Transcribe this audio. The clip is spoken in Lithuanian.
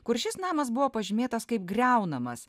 kur šis namas buvo pažymėtas kaip griaunamas